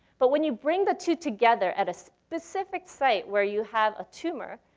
but when you bring the two together at a specific site where you have a tumor,